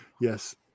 Yes